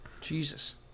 Jesus